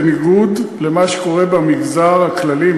בניגוד למה שקורה במגזר הכללי,